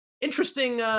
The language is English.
interesting